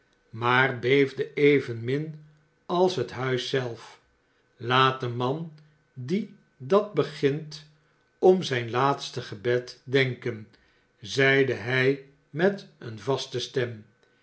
maar beefde evenmin als het huis zelf laat deman die dat begint om zijn laatste gebed denken zeide hij met eene vaste stem